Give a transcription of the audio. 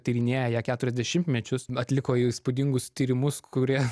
tyrinėja ją keturis dešimtmečius atliko įspūdingus tyrimus kurie